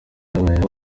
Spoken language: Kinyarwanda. habayeho